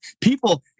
People